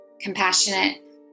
compassionate